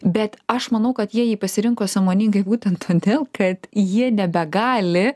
bet aš manau kad jie jį pasirinko sąmoningai būtent todėl kad jie nebegali